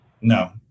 No